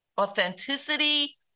authenticity